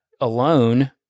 alone